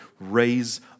raise